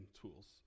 tools